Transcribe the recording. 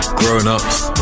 grown-ups